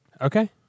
Okay